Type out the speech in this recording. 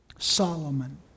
Solomon